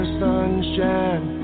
sunshine